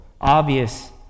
obvious